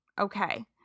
okay